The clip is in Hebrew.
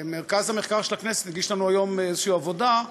מרכז המחקר והמידע של הכנסת הגיש לנו היום איזושהי עבודה.